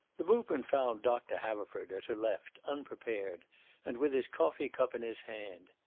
the movement found doctor haverford, at her left, unprepared and with his coffee cup in his hand.